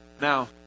Now